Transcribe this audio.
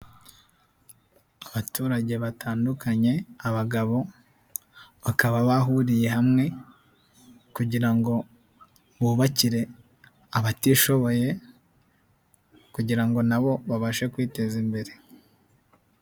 Abaturage batandukanye, abagabo bakaba bahuriye hamwe kugira ngo bubakire abatishoboye kugira ngo nabo babashe kwiteza imbere.